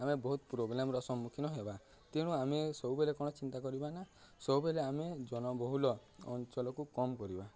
ଆମେ ବହୁତ ପ୍ରୋବ୍ଲେମର ସମ୍ମୁଖୀନ ହେବା ତେଣୁ ଆମେ ସବୁବେଲେ କ'ଣ ଚିନ୍ତା କରିବା ନା ସବୁବେଲେ ଆମେ ଜନବହୁଲ ଅଞ୍ଚଲକୁ କମ କରିବା